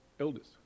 elders